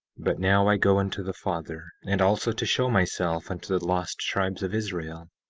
but now i go unto the father, and also to show myself unto the lost tribes of israel,